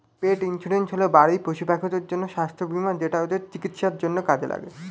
পেট insurance হল বাড়ির পশুপাখিদের জন্য স্বাস্থ্য বীমা যেটা ওদের চিকিৎসার জন্য কাজে লাগে